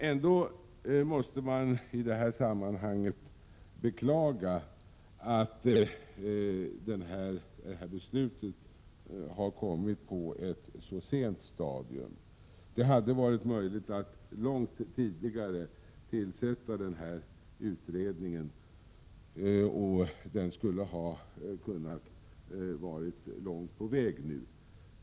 Ändå måste man i detta sammanhang beklaga att det här beslutet har kommit på ett så sent stadium. Det hade varit möjligt att långt tidigare tillsätta den här utredningen. Den hade i så fall nu kunnat vara långt på väg i sitt arbete.